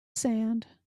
sand